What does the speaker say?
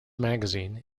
magazine